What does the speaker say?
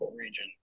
region